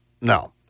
no